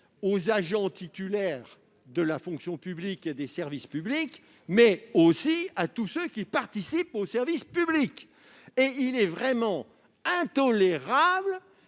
aux agents titulaires de la fonction publique et des services publics, mais aussi à tous ceux qui participent au service public. Il est réellement intolérable